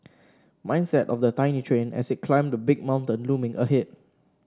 mindset of the tiny train as it climbed the big mountain looming ahead